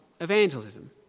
evangelism